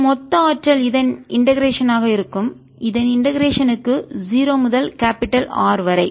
மற்றும் மொத்த ஆற்றல் இதன் இண்டெகரேஷன் ஆக இருக்கும் இதன் இண்டெகரேஷன் க்கு 0 முதல் கேபிடல் பெரிய R வரை